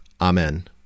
Amen